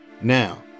Now